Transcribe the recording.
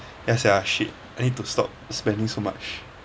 yes ya shit I need to stop spending so much